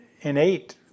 innate